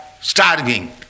starving